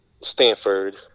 Stanford